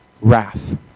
wrath